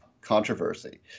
controversy